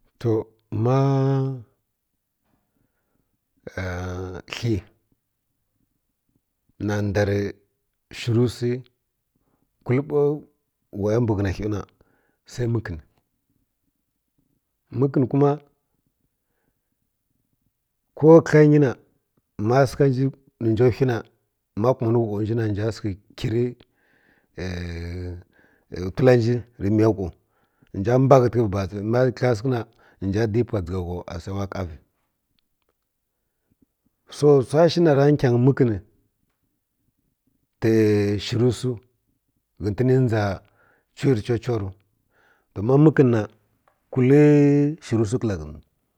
To ma kli na nda ri shǝri wsi kulǝ ɓa wayo mbǝ ghǝna hyiu na sai mǝkǝni mǝkǝnǝ kuma ko kǝgla nyi na ma sǝghǝ kuman ghauwa nji na nja sǝghǝ kirǝ wtǝla nji rǝ miya ghau nja mbaghǝtǝghǝ barǝ nontǝ pwai ma kǝgla sǝghǝna nja di pwa dzǝgha ghau asai wanja ƙavi so wsa shi na ra nkyangyi mǝkǝnǝ rǝ shǝrǝ wsu ghǝtǝni ndza chuwar chuwa chuwaru don ma mǝkǝnǝ na kulǝ shǝriwsi kǝla ghǝnji